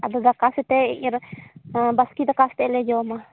ᱟᱫᱚ ᱫᱟᱠᱟ ᱥᱟᱣᱛᱮ ᱵᱟᱥᱠᱮ ᱫᱟᱠᱟ ᱥᱟᱛᱮᱡ ᱞᱮ ᱡᱚᱢᱟ